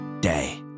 day